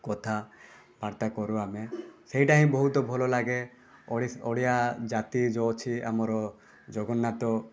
କଥା ବାର୍ତ୍ତା କରୁ ଆମେ ସେଇଟା ହିଁ ବହୁତ ଭଲ ଲାଗେ ଓଡ଼ିଶା ଓଡ଼ିଆ ଜାତି ଯେଉଁ ଅଛି ଆମର ଜଗନ୍ନାଥ